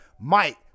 Mike